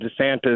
DeSantis